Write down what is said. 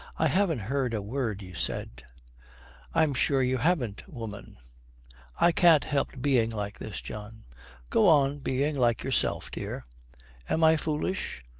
i haven't heard a word you said i'm sure you haven't, woman i can't help being like this, john go on being like yourself, dear am i foolish